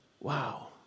Wow